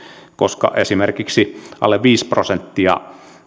koska esimerkiksi vain pieni joukko ihmisiä alle viisi prosenttia